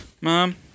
Mom